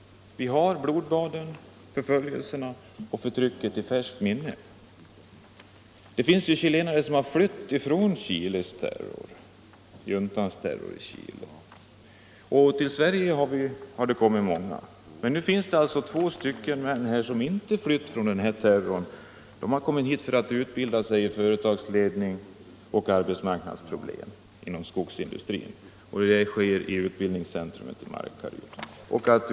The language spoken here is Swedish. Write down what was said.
Vi har blodbaden, förföljelserna och det förtryck som finns i Chile i färskt minne. Många chilenare har flytt från Chilejuntans terror, och en del har kommit till Sverige. Här finns nu två män som inte har flytt från juntan. De är här för att utbilda sig i företagsledning och att handlägga arbetsmarknadsproblem, och den utbildningen sker vid Skogsindustrins utbildningscentrum i Markaryd.